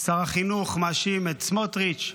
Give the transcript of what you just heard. שר החינוך מאשים את סמוטריץ',